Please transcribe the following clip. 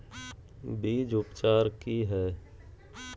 बीज उपचार कि हैय?